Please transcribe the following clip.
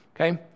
Okay